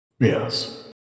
Yes